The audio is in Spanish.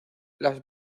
las